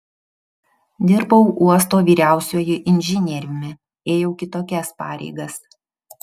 dirbau uosto vyriausiuoju inžinieriumi ėjau kitokias pareigas